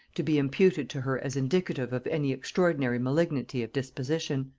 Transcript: to be imputed to her as indicative of any extraordinary malignity of disposition.